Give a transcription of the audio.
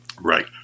Right